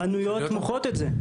חנויות מוכרות את זה.